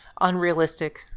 unrealistic